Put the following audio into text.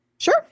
sure